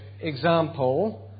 example